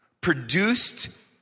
produced